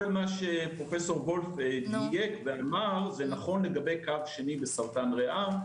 כל מה שפרופ' וולף אמר זה נכון לגבי קו שני בסרטן ריאה.